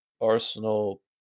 Arsenal